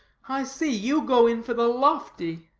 i see you go in for the lofty.